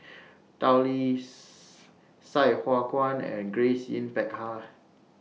Tao Li Sai Hua Kuan and Grace Yin Peck Ha